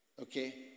Okay